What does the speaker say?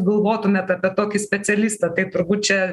galvotumėt apie tokį specialistą tai turbūt čia